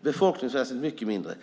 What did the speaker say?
befolkningsmässigt mycket mindre områdena.